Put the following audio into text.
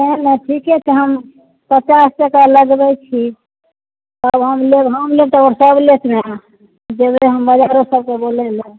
ठीके छै हम पचास टका लगबै छी तब हम लेब हम लेब तखन सब लेत ने जेबै हम आनो लोकसबके बोलैलए